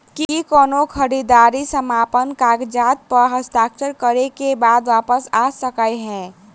की कोनो खरीददारी समापन कागजात प हस्ताक्षर करे केँ बाद वापस आ सकै है?